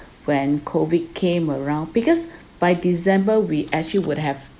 when COVID came around because by december we actually would have